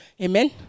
Amen